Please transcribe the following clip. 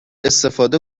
استفاده